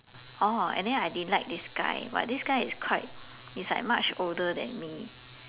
orh and then I didn't like this guy but this guy is quite is like much older than me